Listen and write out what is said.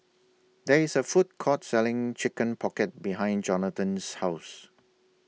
There IS A Food Court Selling Chicken Pocket behind Jonatan's House